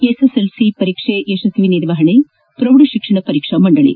SSLC ಪರೀಕ್ಷೆ ಯಶಸ್ವಿ ನಿರ್ವಹಣೆ ಪ್ರೌಢಶಿಕ್ಷಣ ಪರೀಕ್ಷಾ ಮಂಡಳಿ